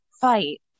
fight